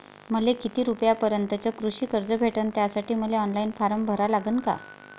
मले किती रूपयापर्यंतचं कृषी कर्ज भेटन, त्यासाठी मले ऑनलाईन फारम भरा लागन का?